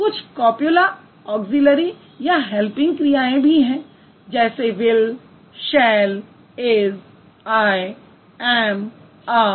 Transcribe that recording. कुछ copula auxiliary या helping क्रियाएँ भी हैं जैसे will shall is I am are